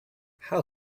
how